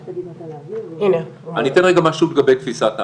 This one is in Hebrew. אני אתן משהו לגבי תפיסת ההפעלה.